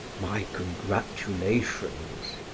my congratulations!